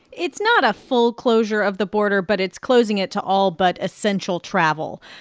it's not a full closure of the border, but it's closing it to all but essential travel.